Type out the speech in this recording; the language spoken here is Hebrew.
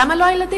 למה לא הילדים?